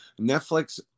Netflix